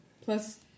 plus